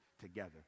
together